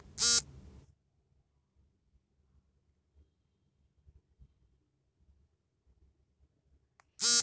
ಮೆಕ್ಕೆಜೋಳ ಅಮೆರಿಕಾಲಿ ಬೆಳೆಯೋ ಬೆಳೆ ಮುನ್ನೂರ ಮುವತ್ತೆರೆಡು ದಶಲಕ್ಷ ಮೆಕ್ಕೆಜೋಳ ಬೆಳಿತಾರೆ